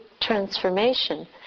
transformation